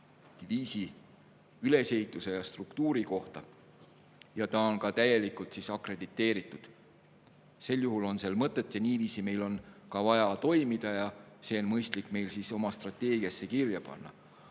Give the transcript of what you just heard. diviisi ülesehituse ja struktuuri kohta, ja ta on ka täielikult akrediteeritud. Sel juhul on tal mõtet ja niiviisi on meil vaja ka toimida. See on mõistlik meil oma strateegiasse kirja panna.